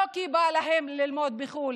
לא כי בא להם ללמוד בחו"ל,